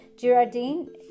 Girardin